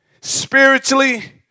spiritually